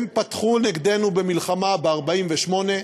הם פתחו נגדנו במלחמה ב-1948,